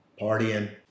partying